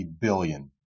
billion